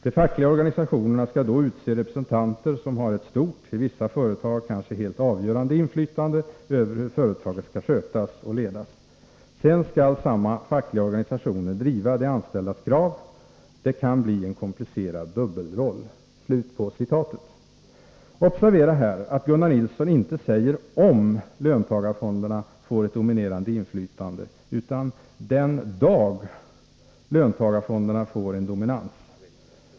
De fackliga organisationerna skall då utse representanter som har ett stort, i vissa företag kanske helt avgörande, inflytande över hur företaget skall skötas och ledas. Sedan skall samma fackliga organisationer driva de anställdas krav. Det kan bli en komplicerad dubbelroll.” Observera här att Gunnar Nilsson inte säger om löntagarfonderna får ett dominerande inflytande, utan den dag löntagarfonderna får en dominans.